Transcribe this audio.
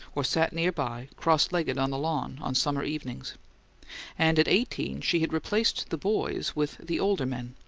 or sat near by, cross-legged on the lawn, on summer evenings and at eighteen she had replaced the boys with the older men.